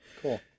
Cool